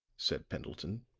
said pendleton.